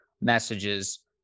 messages